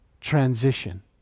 transition